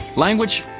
language?